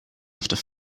after